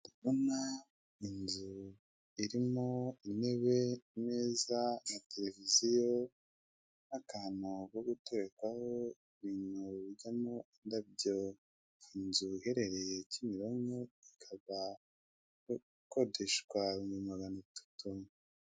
Inzu irimo intebe, imeza na televiziyo ,akantu ko guterekwaho ibintu bijyamo indabyo, inzu iherereye kimironko ikaba ikodeshwa magana atatu.